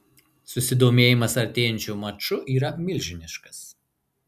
susidomėjimas artėjančiu maču yra milžiniškas